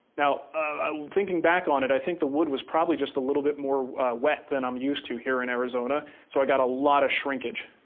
ah thinking back on it, i think the wood was probably just a little bit more wet than i'm used to here in arizona, so i got a lot of shrinkage.